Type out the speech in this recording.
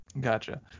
gotcha